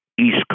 East